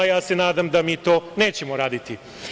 Ja se nadam da mi to nećemo raditi.